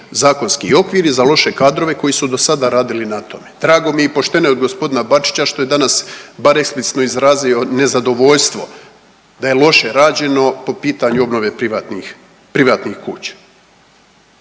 zakonski okvir i za loše kadrove koji su do sada radili na tome. Drago mi je i pošteno od g. Bačića što je danas bar eksplicitno izrazio nezadovoljstvo da je loše rađeno po pitanju obnove privatnih,